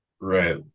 Right